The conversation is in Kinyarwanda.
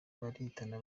baritana